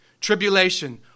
tribulation